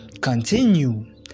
continue